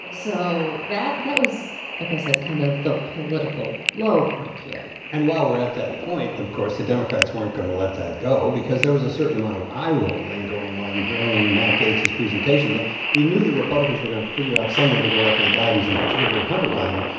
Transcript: and so that that was, like i said, kind of the political low point here and while we're at that point, of course, the democrats weren't going to let that go because there was a certain amount of eye rolling going on during matt gaetz's presentation. we knew the republicans were going to figure out some way to go after the bidens and particularly hunter biden.